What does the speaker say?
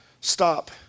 Stop